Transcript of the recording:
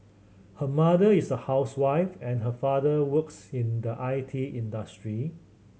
her mother is a housewife and her father works in the I T industry